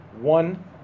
one